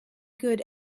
good